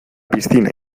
piscina